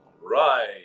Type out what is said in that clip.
right